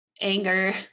anger